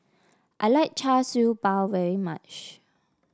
I like Char Siew Bao very much